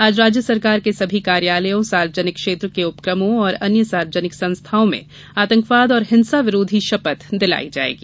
आज राज्य सरकार के सभी कार्यालयों सार्वजनिक क्षेत्र के उपक्रमों और अन्य सार्वजनिक संस्थाओं में आतंकवाद और हिंसा विरोधी शपथ दिलाई जायेगी